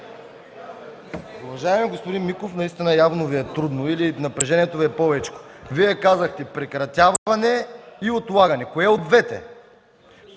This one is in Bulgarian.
Уважаеми господин Миков, явно Ви е трудно или напрежението Ви е повечко. Вие казахте „прекратяване” и „отлагане”. Кое от двете?